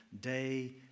day